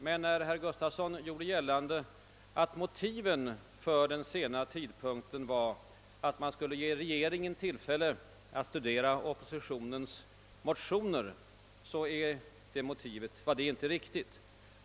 Men när herr Gustafson gjorde gällande att motivet för den sena tidpunkten var att man skulle ge regeringen tillfälle att studera oppositionens motioner, så var det inte riktigt.